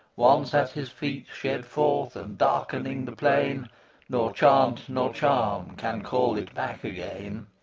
once at his feet shed forth, and darkening the plain nor chant nor charm can call it back again.